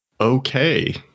Okay